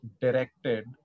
directed